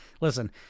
Listen